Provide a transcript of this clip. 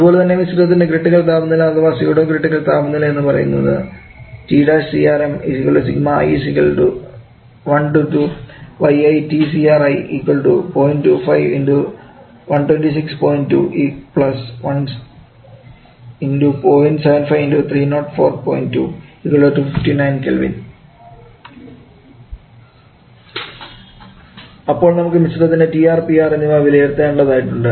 അതുപോലെതന്നെ മിശ്രിതത്തിൻറെ ക്രിറ്റിക്കൽ താപനില അഥവാ സ്യൂഡോ ക്രിറ്റിക്കൽ താപനില എന്ന് പറയുന്നത് അപ്പോൾ നമുക്ക് മിശ്രിതത്തിന്റെ TR PR എന്നിവ വിലയിരുത്തേണ്ടത് ആയിട്ടുണ്ട്